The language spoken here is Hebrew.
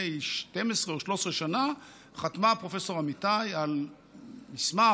12 או 13 שנה חתמה פרופ' אמיתי על מסמך,